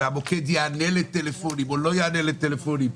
והמוקד יענה לטלפונים או לא יענה לטלפונים,